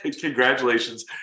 congratulations